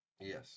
Yes